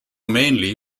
mainly